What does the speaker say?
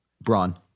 Braun